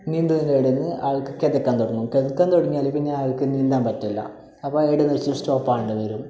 നീന്തുന്നതിൻ്റിടയിൽ നിന്ന് ആൾക്ക് കിതക്കാൻ തുടങ്ങും കിതക്കാൻ തുടങ്ങിയാല് പിന്നെ ആൾക്ക് നീന്താൻ പറ്റില്ല അപ്പോൾ എവിടെ വച്ച് സ്റ്റോപ്പ് ആകേണ്ടി വരും